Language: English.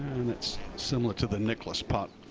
similar to the nicklaus putt